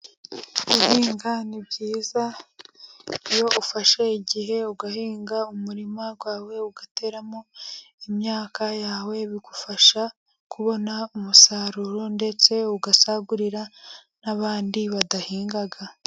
Guhinga ni byiza, iyo ufashe igihe ugahinga umurima wawe ugateramo imyaka yawe bigufasha kubona umusaruro, ndetse ugasagurira n'abandi badahinga.